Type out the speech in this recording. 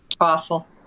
Awful